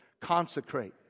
consecrate